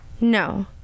No